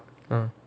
ah